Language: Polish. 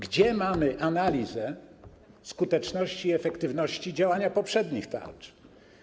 Gdzie mamy analizę skuteczności i efektywności działania poprzednich tarcz?